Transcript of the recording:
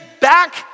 back